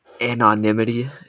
anonymity